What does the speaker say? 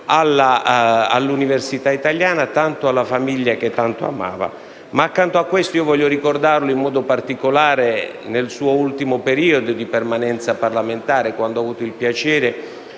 all'università italiana e alla famiglia che tanto amava. Accanto a questo, desidero ricordare Learco Saporito in modo particolare nel suo ultimo periodo di permanenza parlamentare, quando ho avuto il piacere